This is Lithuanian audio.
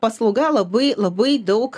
paslauga labai labai daug